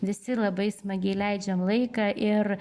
visi labai smagiai leidžiam laiką ir